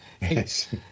Yes